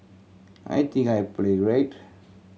I think I played great